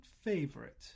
favorite